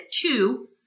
two